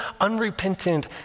unrepentant